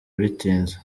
bitinze